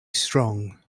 strong